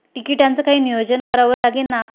तिकिटांचं काही नियोजन करावं लागेल ना